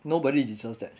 nobody deserves that